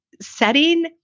setting